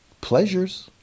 pleasures